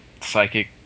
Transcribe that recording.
psychic